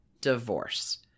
divorce